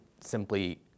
simply